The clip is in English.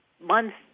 months